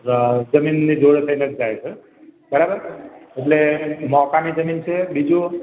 જમીનની જોડે થઈને જ જાય છે બરાબર એટલે મોકાની જમીન છે બીજું